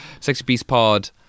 sexybeastpod